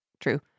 true